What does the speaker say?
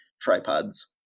tripods